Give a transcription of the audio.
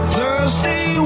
Thursday